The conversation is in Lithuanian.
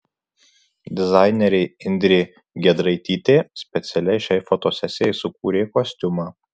dizainerė indrė giedraitytė specialiai šiai fotosesijai sukūrė kostiumą